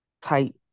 Type